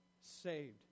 saved